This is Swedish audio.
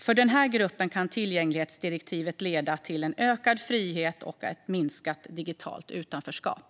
För denna grupp kan tillgänglighetsdirektivet leda till en ökad frihet och ett minskat digitalt utanförskap.